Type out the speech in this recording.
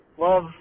love